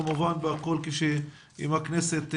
כמובן אם הכנסת תמשיך,